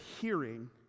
hearing